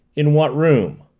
in what room?